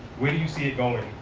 where do you see it going